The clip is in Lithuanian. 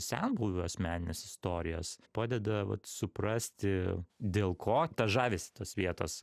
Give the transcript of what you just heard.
senbuvių asmeninės istorijos padeda vat suprasti dėl ko tą žavesį tos vietos